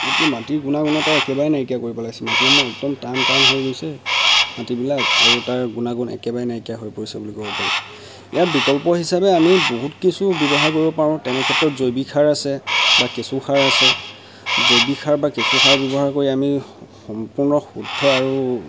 গতিকে মাটিৰ গুণাগুণতা একেবাৰেই নাইকিয়া কৰি পেলাইছে মাটিসমূহ একদম টান টান হৈ গৈছে মাটিবিলাক আৰু তাৰ গুণাগুণ একেবাৰে নাইকিয়া হৈছে বুলি ক'ব পাৰি ইয়াৰ বিকল্প হিচাপে আমি বহুত কিছু ব্যৱহাৰ কৰিব পাৰোঁ তেনে ক্ষেত্ৰত জৈৱিক সাৰ আছে বা কেঁচু সাৰ আছে জৈৱিক সাৰ বা কেঁচু সাৰ ব্যৱহাৰ কৰি আমি সম্পূৰ্ণ শুদ্ধ আৰু